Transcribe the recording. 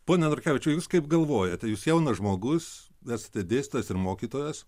pone norkevičiau jūs kaip galvojate jūs jaunas žmogus esate dėstytojas ir mokytojas